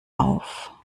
auf